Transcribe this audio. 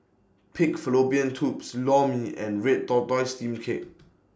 Pig Fallopian Tubes Lor Mee and Red Tortoise Steamed Cake